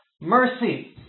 mercy